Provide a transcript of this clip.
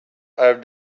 have